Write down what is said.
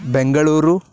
Bengaluru